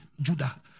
Judah